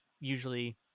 usually